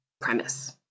premise